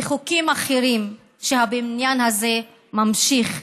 וחוקים אחרים שהבניין הזה ממשיך לחוקק,